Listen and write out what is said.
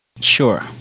Sure